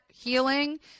healing